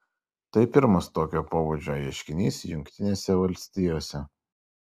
tai pirmas tokio pobūdžio ieškinys jungtinėse valstijose